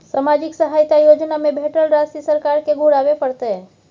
सामाजिक सहायता योजना में भेटल राशि सरकार के घुराबै परतै?